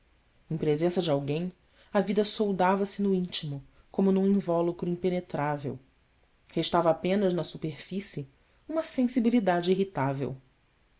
em presença de alguém a vida soldava se no íntimo como num invólucro impenetrável restava apenas na superfície uma sensibilidade irritável